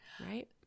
Right